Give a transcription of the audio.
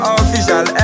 official